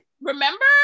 remember